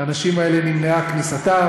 האנשים האלה, נמנעה כניסתם.